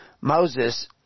Moses